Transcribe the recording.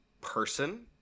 person